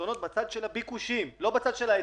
פתרונות בצד של הביקושים לא בצד של ההיצע.